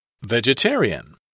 Vegetarian